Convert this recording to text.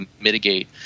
mitigate